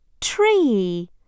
Tree